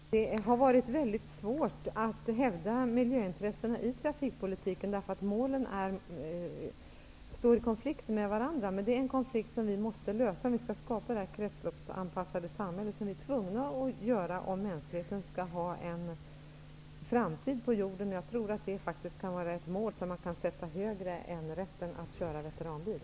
Herr talman! Det har varit mycket svårt att hävda miljöintressen i trafikpolitiken. Målen står i konflikt med varandra. Det är en konflikt som vi måste lösa om vi skall skapa det kretsloppsanpassade samhälle som vi är tvungna att ha om mänskligheten skall ha en framtid på jorden. Det är ett mål som man bör sätta högre än rätten att köra veteranbil.